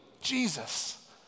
Jesus